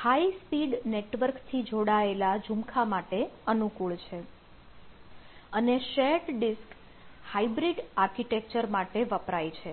high speed network થી જોડાયેલા ઝુમખા માટે અનુકૂળ છે અને શેર્ડ ડિસ્ક હાયબ્રીડ આર્કિટેક્ચર માટે વપરાય છે